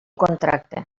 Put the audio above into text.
contracte